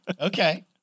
Okay